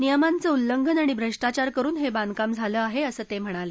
नियमांचं उल्लंघन आणि भ्रष्टाचार करुन हे बांधकाम झालं आहे असं ते म्हणाले